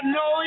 no